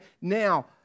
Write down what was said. Now